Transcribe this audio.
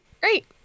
Great